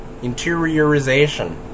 interiorization